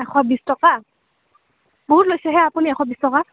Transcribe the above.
এশ বিছ টকা বহুত লৈছেহে আপুনি এশ বিছ টকা